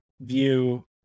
view